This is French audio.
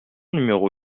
numéro